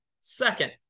Second